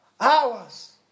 Hours